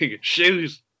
shoes